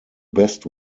best